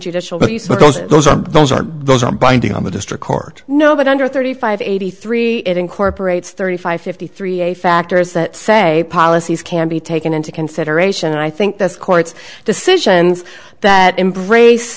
so those are those are those are binding on the district court no but under thirty five eighty three it incorporates thirty five fifty three a factors that say policies can be taken into consideration and i think this court's decisions that embrace